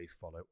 follow